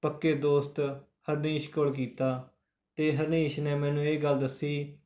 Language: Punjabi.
ਪੱਕੇ ਦੋਸਤ ਹਰਨੀਸ਼ ਕੋਲ ਕੀਤਾ ਅਤੇ ਹਰਨੀਸ਼ ਨੇ ਮੈਨੂੰ ਇਹ ਗੱਲ ਦੱਸੀ